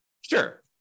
Sure